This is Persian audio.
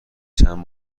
چند